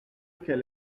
qu’elle